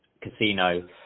casino